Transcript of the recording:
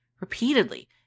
Repeatedly